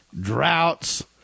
droughts